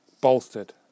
bolstered